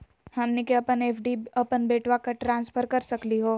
हमनी के अपन एफ.डी अपन बेटवा क ट्रांसफर कर सकली हो?